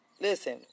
listen